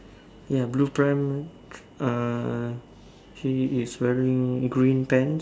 ya blue pram uh he is wearing green pants